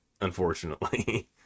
unfortunately